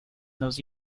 those